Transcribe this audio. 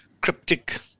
cryptic